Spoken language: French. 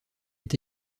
est